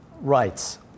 rights